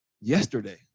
yesterday